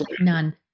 None